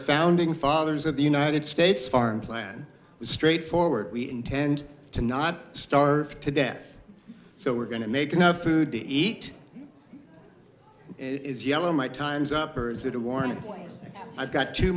founding fathers of the united states farm plan was straightforward we intend to not starve to death so we're going to make enough food to eat it is yellow my time's up or is it a warning i've got two